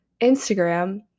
Instagram